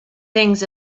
things